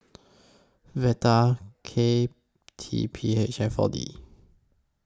Vital K T P H and four D